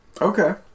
Okay